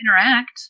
interact